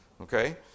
Okay